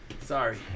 Sorry